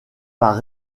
par